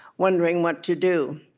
wondering what to do